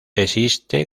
existe